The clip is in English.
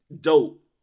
dope